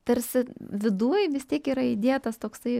tarsi viduj vis tiek yra įdėtas toksai